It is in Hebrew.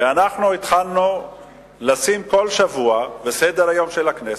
ואנחנו התחלנו לשים כל שבוע בסדר-היום של הכנסת,